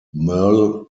merle